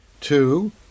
Two